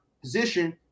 position